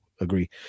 agree